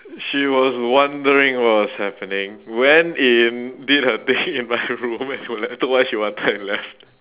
she was wondering what was happening went in did her thing in my room and she will like took what she wanted and left